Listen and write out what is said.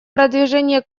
продвижение